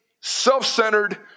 self-centered